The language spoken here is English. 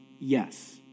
yes